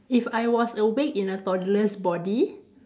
if I was awake in a toddler's body